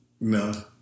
No